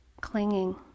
clinging